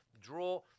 draw